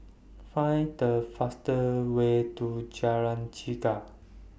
Find The fast Way to Jalan Chegar